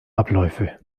abläufe